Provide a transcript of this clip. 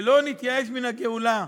ולא נתייאש מהגאולה.